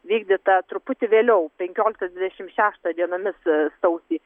vykdyta truputį vėliau penkioliktą dvidešimt šeštą dienomis sausį